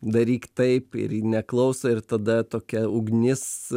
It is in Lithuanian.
daryk taip ir ji neklauso ir tada tokia ugnis